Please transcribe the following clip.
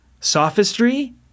sophistry